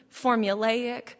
formulaic